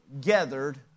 gathered